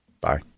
Bye